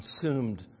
consumed